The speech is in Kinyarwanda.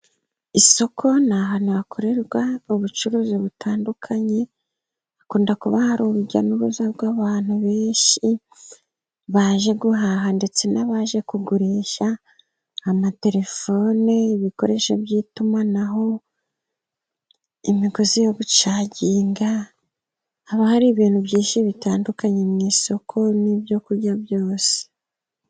Isoko ni ahantu hakorerwa ubucuruzi butandukanye, hakunda kuba hari urujya n'uruza rw'abantu benshi, baje guhaha ndetse n'abaje kugurisha amaterefone, ibikoresho by'itumanaho, imigozi yo gucaginga, haba hari ibintu byinshi bitandukanye mu isoko n'ibyo kurya byose.